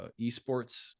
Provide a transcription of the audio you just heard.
eSports